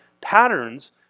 patterns